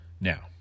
Now